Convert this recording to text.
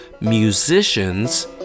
musicians